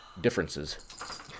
differences